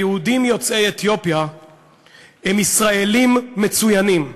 היהודים יוצאי אתיופיה הם ישראלים מצוינים.